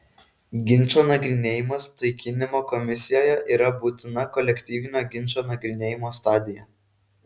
ginčo nagrinėjimas taikinimo komisijoje yra būtina kolektyvinio ginčo nagrinėjimo stadija